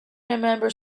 remember